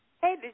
Hey